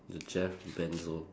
the Jeff Bezos